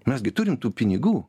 mes gi turim tų pinigų